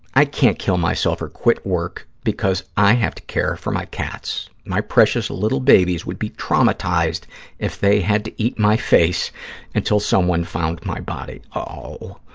i can't kill myself or quit work because i have to care for my cats. my precious little babies would be traumatized if they had to eat my face until someone found my body. oh,